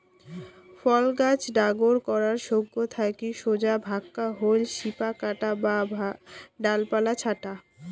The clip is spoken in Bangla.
ফল গছ ডাগর করার সৌগ থাকি সোজা ভাক্কা হইল শিপা কাটা বা ডালপালা ছাঁটা